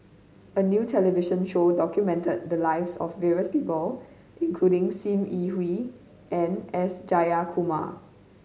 a new television show documented the lives of various people including Sim Yi Hui and S Jayakumar